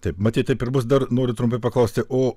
taip matyt taip ir bus dar noriu trumpai paklausti o